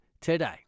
today